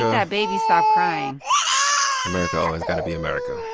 that baby stop crying america always got to be america